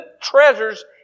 treasures